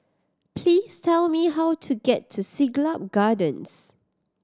please tell me how to get to Siglap Gardens